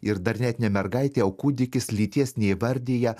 ir dar net ne mergaitė o kūdikis lyties neįvardija